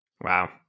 Wow